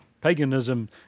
Paganism